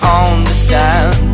understand